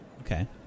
Okay